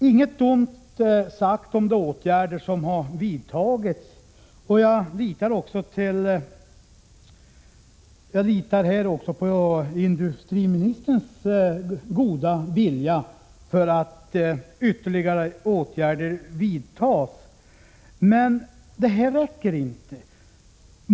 Inget ont sagt om de åtgärder som har vidtagits. Jag litar också på industriministerns goda vilja när det gäller att se till att ytterligare åtgärder vidtas. Men det räcker inte.